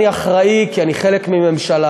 אני אחראי כי אני חלק מממשלה,